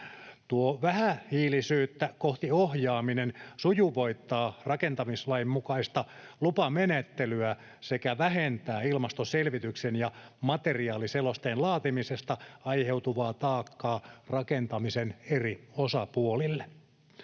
Tuo vähähiilisyyttä kohti ohjaaminen sujuvoittaa rakentamislain mukaista lupamenettelyä sekä vähentää ilmastoselvityksen ja materiaaliselosteen laatimisesta aiheutuvaa taakkaa rakentamisen eri osapuolille.